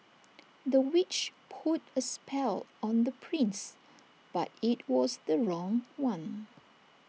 the witch put A spell on the prince but IT was the wrong one